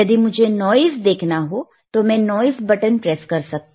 यदि मुझे नॉइस देखना हो तो मैं नॉइस बटन प्रेस कर सकता